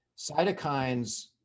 cytokines